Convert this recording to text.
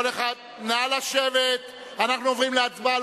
כל אחד, נא לשבת, אנחנו עוברים להצבעה.